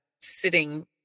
sitting